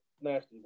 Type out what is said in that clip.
Nasty